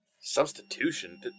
Substitution